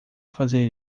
fazer